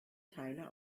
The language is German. teile